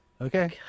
Okay